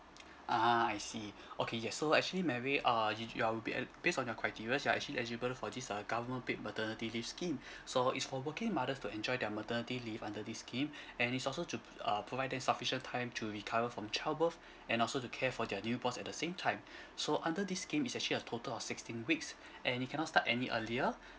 ah I see okay yes so actually mary uh you you'd you'd be uh based on your criterias you are actually eligible for this uh government paid maternity leave scheme so it's for working mothers to enjoy their maternity leave under this scheme and it's also to uh provide them sufficient time to recover from childbirth and also to care for their newborns at the same time so under this scheme it's actually a total of sixteen weeks and you cannot start any earlier